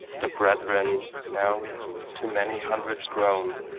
the brethren, now to many hundreds grown,